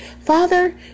Father